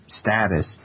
status